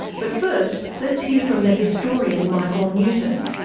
but first, let's hear from the historian michael newton.